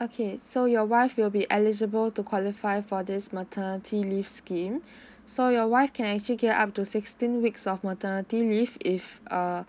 okay so your wife will be eligible to qualify for this maternity leave scheme so your wife can actually get up to sixteen weeks of maternity leave if uh